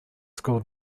school